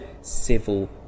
civil